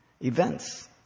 Events